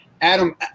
adam